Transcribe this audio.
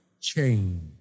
change